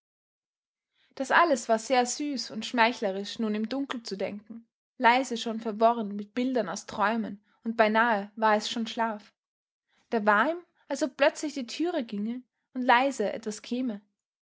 das alles war sehr süß und schmeichlerisch nun im dunkel zu denken leise schon verworren mit bildern aus träumen und beinahe war es schon schlaf da war ihm als ob plötzlich die türe ginge und leise etwas käme